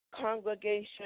congregation